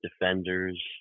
defenders